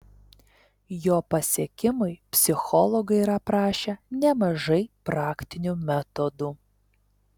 jo pasiekimui psichologai yra aprašę nemažai praktinių metodų